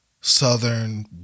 southern